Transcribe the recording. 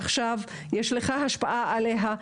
עכשיו יש לך השפעה עליה,